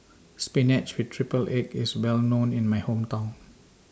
Spinach with Triple Egg IS Well known in My Hometown